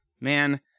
Man